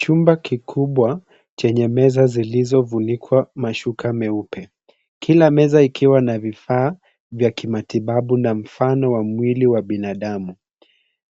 Chumba kikubwa chenye meza zilizofunikwa mashuka meupe, kila meza ikiwa na vifaa vya kimatibabu na mfano wa mwili wa binadamu.